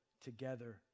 together